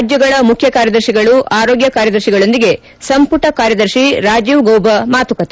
ರಾಜ್ಞಗಳ ಮುಖ್ಯ ಕಾರ್ಯದರ್ತಿಗಳು ಆರೋಗ್ಯ ಕಾರ್ಯದರ್ತಿಗಳೊಂದಿಗೆ ಸಂಪುಟ ಕಾರ್ಯದರ್ತಿ ರಾಜೀವ್ ಗೌಬ ಮಾತುಕತೆ